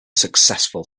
successful